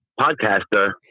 podcaster